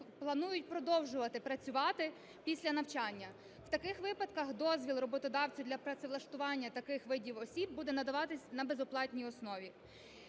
планують продовжувати працювати після навчання. В таких випадках дозвіл роботодавця для працевлаштування таких видів осіб буде надаватись на безоплатній основі.